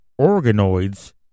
organoids